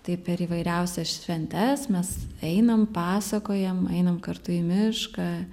tai per įvairiausias šventes mes einam pasakojam einam kartu į mišką